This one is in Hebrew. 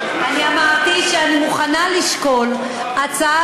אני אמרתי שאני מוכנה לשקול את ההצעה